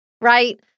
right